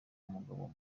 umugabo